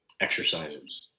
exercises